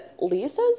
Lisa's